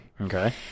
Okay